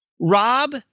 Rob